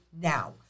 now